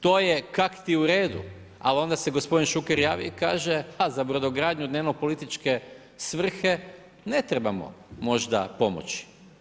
To je kakti u redu, ali onda se g. Šuker javi i kaže, a za brodogradnju, nema političke svrhe, ne trebamo možda pomoći.